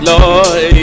Lord